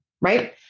right